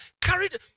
Carried